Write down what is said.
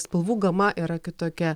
spalvų gama yra kitokia